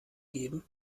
geben